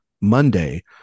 Monday